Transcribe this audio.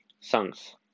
songs